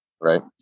right